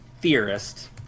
theorist